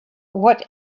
what